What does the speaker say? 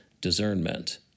discernment